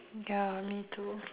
ya me too